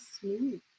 smooth